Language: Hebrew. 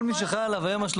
כל מי שחל עליו ה-30.